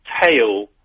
tail